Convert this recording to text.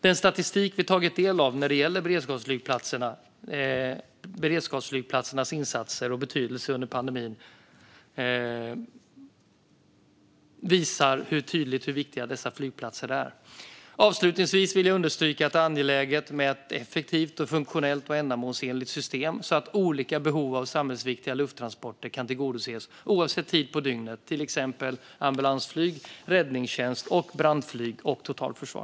Den statistik vi tagit del av när det gäller beredskapsflygplatsernas insatser och betydelse under pandemin visar tydligt hur viktiga dessa flygplatser är. Avslutningsvis vill jag understryka att det är angeläget med ett effektivt, funktionellt och ändamålsenligt system så att olika behov av samhällsviktiga lufttransporter kan tillgodoses, oavsett tid på dygnet, till exempel för ambulansflyg, räddningstjänst, brandflyg och totalförsvar.